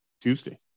Tuesday